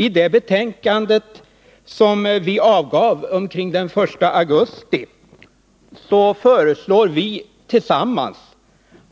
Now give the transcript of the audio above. I det betänkande som vi avgav omkring den 1 augusti föreslog vi tillsammans